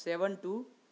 seven two